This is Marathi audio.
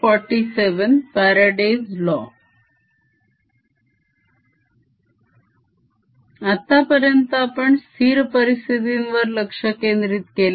फ्याराडेज लॉ आतापर्यंत आपण स्थिर परिस्थितींवर लक्ष केंद्रित केले